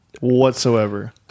whatsoever